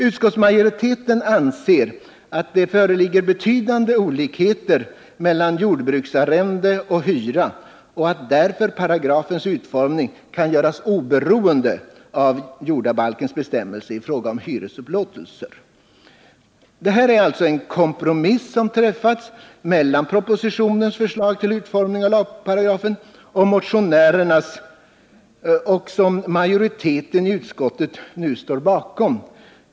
Utskottsmajoriteten anser att det föreligger betydande olikheter mellan jordbruksarrende och hyra och att därför paragrafens utformning kan göras oberoende av jordabalkens bestämmelser i fråga om hyresupplåtelser. Det här är alltså en kompromiss mellan propositionens förslag till utformning av lagparagrafen och motionärernas, vilken en majoritet av utskottet nu står bakom.